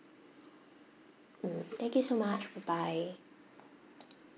mm thank you so much bye bye